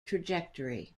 trajectory